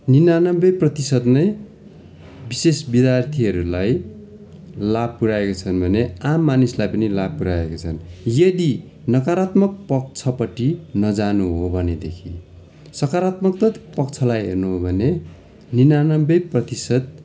उनानब्बे प्रतिसत नै विशेष विद्यार्थीहरूलाई लाभ पुऱ्याएका छन् भने आम मानिसलाई पनि लाभ पुऱ्याएका छन् यदि नकरात्मक पक्षपट्टि नजानु हो भनेदिखि सकरात्मक पक्षलाई हेर्नु हो भने उनानब्बे प्रतिसत